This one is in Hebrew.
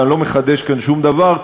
ואני לא מחדש כאן שום דבר,